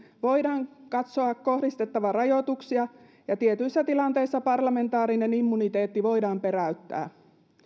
voidaan katsoa kohdistettavan rajoituksia ja tietyissä tilanteissa parlamentaarinen immuniteetti voidaan peräyttää